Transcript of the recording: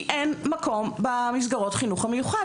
כי אין מקום במסגרות החינוך המיוחד.